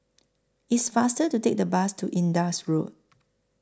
IT IS faster to Take The Bus to Indus Road